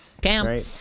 Cam